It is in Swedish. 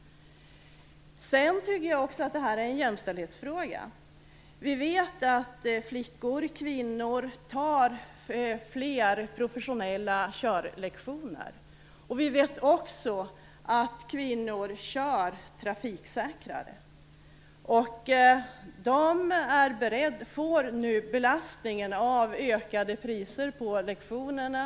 Sedan tycker jag också att det här är en jämställdhetsfråga. Vi vet att flickor och kvinnor tar fler professionella körlektioner. Vi vet också att kvinnor kör trafiksäkrare. De får nu belastningen av ökade priser på lektionerna.